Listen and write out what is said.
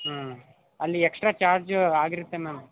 ಹ್ಞೂ ಅಲ್ಲಿ extra charge ಆಗಿರುತ್ತೆ ಮ್ಯಾಮ್